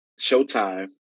Showtime